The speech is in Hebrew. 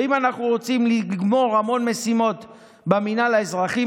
ואם אנחנו רוצים לגמור המון משימות במינהל האזרחי,